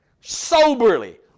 soberly